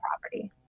property